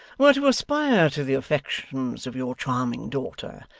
were to aspire to the affections of your charming daughter,